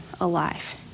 alive